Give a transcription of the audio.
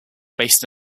based